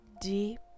deep